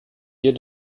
hier